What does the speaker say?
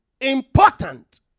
Important